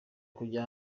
kujya